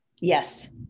Yes